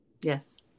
Yes